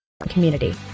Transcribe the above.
community